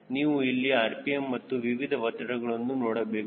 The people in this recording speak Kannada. ನೀವು ಇಲ್ಲಿ rpm ಮತ್ತು ವಿವಿಧ ಒತ್ತಡಗಳನ್ನು ನೋಡಬೇಕು